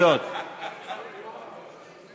יואל רזבוזוב,